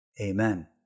amen